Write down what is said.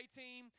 team